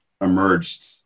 emerged